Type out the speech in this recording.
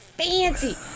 Fancy